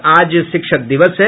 और आज शिक्षक दिवस है